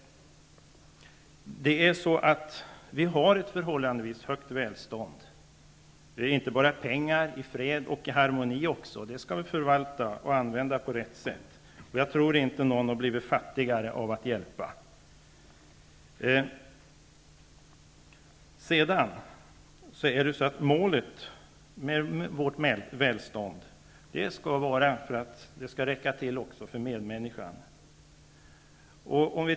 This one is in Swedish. Vi har ett förhållandevis högt välstånd. Det gäller inte bara pengar utan även fred och harmoni. Det skall vi förvalta och använda på rätt sätt. Jag tror inte att någon har blivit fattigare av att hjälpa andra. Målet med vårt välstånd måste vara att det skall räcka även till medmänniskan.